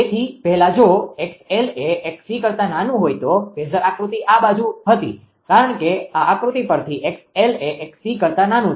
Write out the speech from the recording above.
તેથી પહેલાં જો 𝑥𝑙 એ 𝑥𝑐 કરતા નાનું હોય તો ફેઝર આકૃતિ આ બાજુ હતી કારણ કે આ આકૃતિ પરથી 𝑥𝑙 એ 𝑥𝑐 કરતા નાનું છે